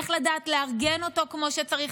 איך לדעת לארגן אותו כמו שצריך,